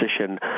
position